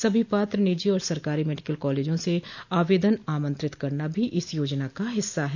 सभी पात्र निजी और सरकारी मेडिकल कॉलेजों से आवेदन आमंत्रित करना भी इस योजना का हिस्सा है